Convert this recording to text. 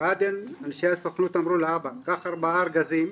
בעדן אנשי הסוכנות אמרו לאבא: קח ארבעה ארגזים,